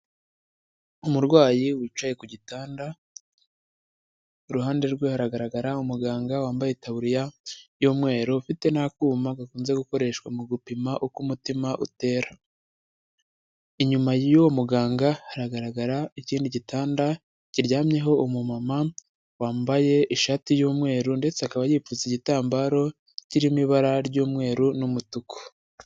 Umurwayi wicaye ku gitanda iruhande rwe haragaragara umuganga wambaye itabuya y'umweru, n'akuma gakunze gukoreshwa mu gupima uko umutima utera inyuma y'uwo muganga haragaragara ikindi gitanda, kiryamyeho umumama wambaye ishati y'umweru ndetse akaba yipfutse igitambaro kirimo ibara ry'umweru n'umutuku.